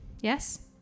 Yes